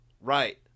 Right